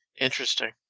interesting